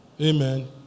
Amen